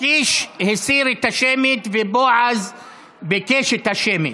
קיש הסיר את השמית, ובועז ביקש את השמית.